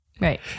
Right